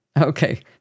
Okay